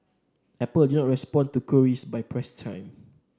apple did not respond to queries by press time